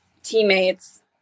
teammates